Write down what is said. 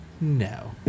no